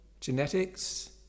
genetics